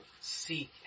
seek